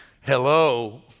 Hello